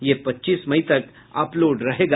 यह पच्चीस मई तक अपलोड रहेगा